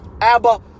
Abba